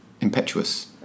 impetuous